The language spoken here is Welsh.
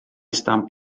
stamp